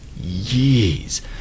years